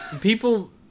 people